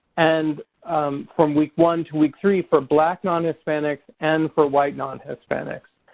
and from week one to week three for black non-hispanics and for white non-hispanics.